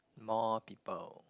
more people